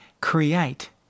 create